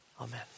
Amen